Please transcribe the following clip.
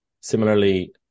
similarly